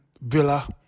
Villa